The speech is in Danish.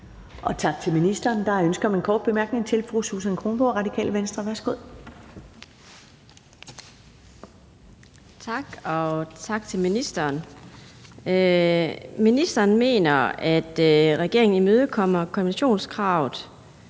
Tak til ministeren. Der er ønske om en kort bemærkning fra fru Susan Kronborg, Radikale Venstre. Værsgo. Kl. 11:32 Susan Kronborg (RV): Tak, og tak til ministeren. Ministeren mener, at regeringen imødekommer konventionskravet